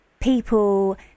people